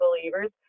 believers